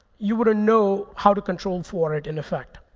you wouldn't know how to control for it, in effect.